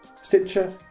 Stitcher